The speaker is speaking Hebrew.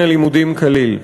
מן הלימודים כליל.